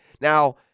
Now